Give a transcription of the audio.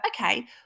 okay